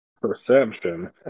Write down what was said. Perception